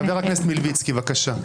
חבר הכנסת מלביצקי, בבקשה.